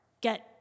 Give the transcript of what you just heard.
get